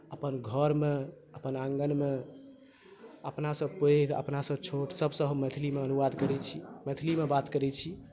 अपन घरमे अपन आङ्गनमे अपनासँ पैघ अपनासँ छोट सभसँ हम मैथिलीमे अनुवाद करैत छी मैथिलीमे बात करैत छी